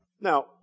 Now